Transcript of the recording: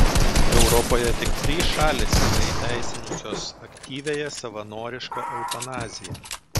europoje tik trys šalys yra įteisinusios aktyviąją savanorišką eutanaziją